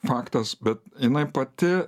faktas bet jinai pati